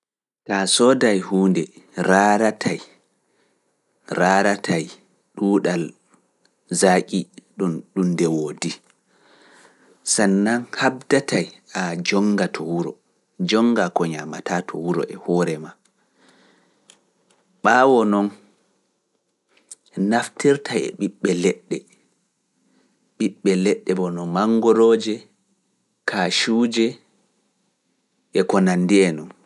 Ta soodaay huunde raaratay, raaratay ɗuuɗal zaaji ɗum ɗum nde woodi, sai leɗɗe bono manngorooje, kaacuuje, e ko nanndi e nun.